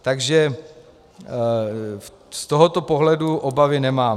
Takže z tohoto pohledu obavy nemám.